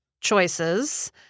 choices